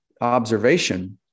observation